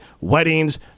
weddings